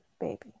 baby